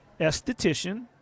esthetician